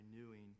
renewing